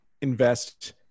invest